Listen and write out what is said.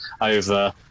over